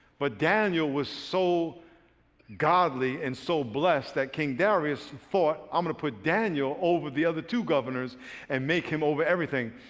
but daniel was so godly and so blessed that king darius thought i'm going to put daniel over in the other two governor and make him over everything.